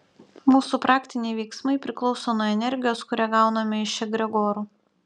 mūsų praktiniai veiksmai priklauso nuo energijos kurią gauname iš egregorų